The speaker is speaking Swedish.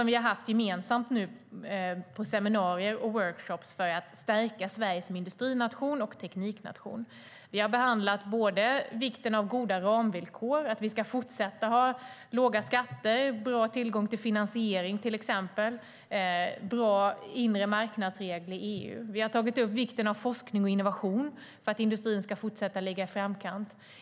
Vi har haft gemensamma seminarier och workshoppar för att stärka Sverige som industrination och tekniknation. Vi har behandlat vikten av goda ramvillkor - att vi ska fortsätta ha låga skatter och god tillgång till finansiering, till exempel, och bra inremarknadsregler i EU. Vi har tagit upp vikten av forskning och innovation för att industrin ska fortsätta att ligga i framkant.